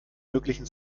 möglichen